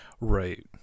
Right